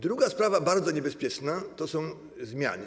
Druga sprawa, bardzo niebezpieczna, to są zmiany.